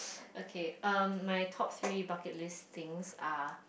okay um my top three bucket list things are